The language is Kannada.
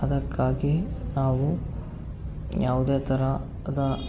ಅದಕ್ಕಾಗಿ ನಾವು ಯಾವುದೇ ಥರದ